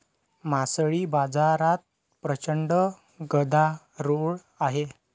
मासळी बाजारात प्रचंड गदारोळ आहे